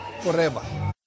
forever